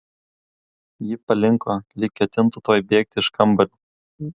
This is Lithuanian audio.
ji palinko lyg ketintų tuoj bėgti iš kambario